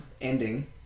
ending